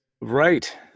Right